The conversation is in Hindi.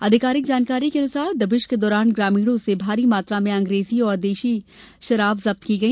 आधिकारिक जानकारी के अनुसार दबिश के दौरान ग्रामीणों से भारी मात्रा में अंग्रेजी और देशी शराब जब्त की गई